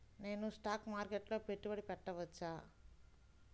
నేను స్టాక్ మార్కెట్లో పెట్టుబడి పెట్టవచ్చా?